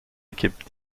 équipe